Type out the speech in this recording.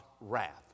wrath